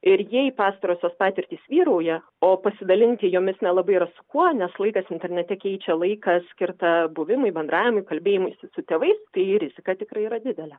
ir jei pastarosios patirtys vyrauja o pasidalinti jomis nelabai yra su kuo nes laikas internete keičia laiką skirtą buvimui bendravimui kalbėjimuisi su tėvais tai rizika tikrai yra didelė